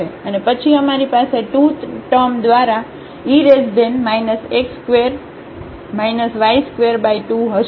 અને પછી અમારી પાસે 2 ટર્મ દ્વારા e x2 y22 હશે